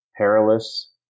Perilous